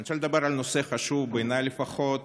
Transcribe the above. אני רוצה לדבר על נושא חשוב, בעיניי, לפחות,